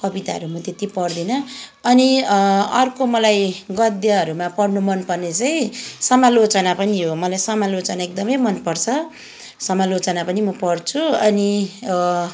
कविताहरू म त्यति पढ्दिनँ अनि अर्को मलाई गद्यहरूमा पढ्नु मनपर्ने चाहिँ समालोचना पनि हो मलाई समालोचना एकदमै मनपर्छ समालोचना पनि म पढ्छु अनि